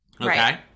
Okay